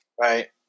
right